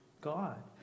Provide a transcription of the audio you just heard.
God